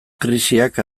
krisiak